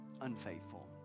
unfaithful